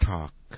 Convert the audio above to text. Talk